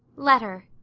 letter,